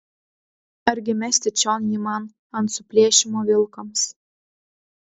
argi mesti čion jį man ant suplėšymo vilkams